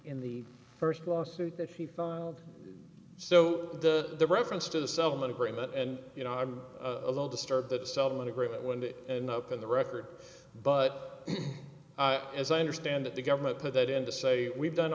in the first lawsuit that he filed so the reference to the settlement agreement and you know i'm a little disturbed that settlement agreement would it end up in the record but as i understand it the government put that in to say we've done